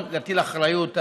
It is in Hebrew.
תודה רבה,